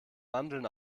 mandeln